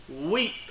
weep